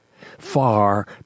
far